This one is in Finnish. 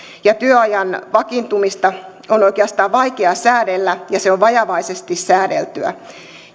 työajan vakiintumista on oikeastaan vaikea säädellä ja se on vajavaisesti säädeltyä